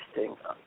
interesting